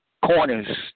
Corners